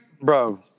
bro